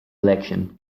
election